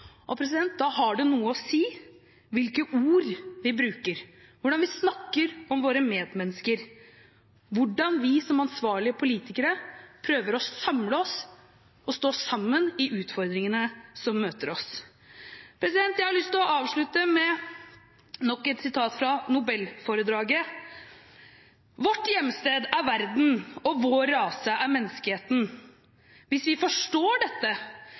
Da har det noe å si hvilke ord vi bruker, hvordan vi snakker om våre medmennesker, hvordan vi som ansvarlige politikere prøver å samle oss og stå sammen i utfordringene som møter oss. Jeg har lyst til å avslutte med nok et sitat fra nobelforedraget: «Vårt hjemsted er Verden. Og vår rase er Menneskeheten. Hvis vi forstår dette,